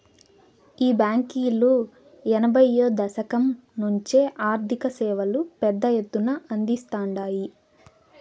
ఈ బాంకీలు ఎనభైయ్యో దశకం నుంచే ఆర్థిక సేవలు పెద్ద ఎత్తున అందిస్తాండాయి